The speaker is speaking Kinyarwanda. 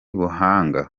buhanga